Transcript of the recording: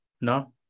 no